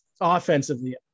offensively